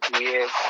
Yes